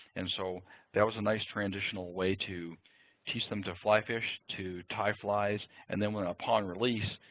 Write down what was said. and so that was a nice transitional way to teach them to fly fish, to tie flies. and then when upon release,